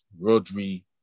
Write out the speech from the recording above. Rodri